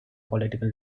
political